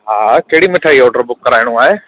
हा कहिड़ी मिठाई जो ऑर्डर बुक कराइणो आहे